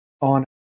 on